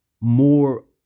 more